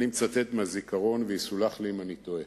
אני מצטט מהזיכרון ויסולח לי אם אני טועה.